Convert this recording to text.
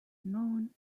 known